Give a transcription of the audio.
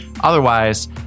Otherwise